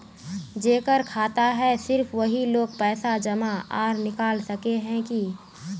जेकर खाता है सिर्फ वही लोग पैसा जमा आर निकाल सके है की?